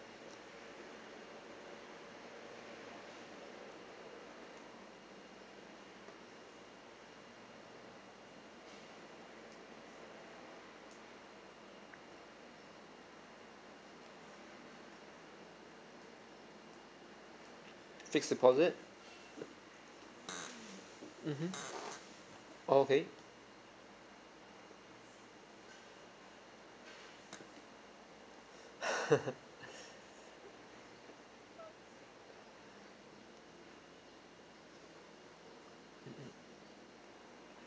fixed deposit mmhmm okay